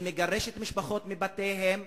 היא מגרשת משפחות מבתיהן,